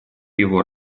его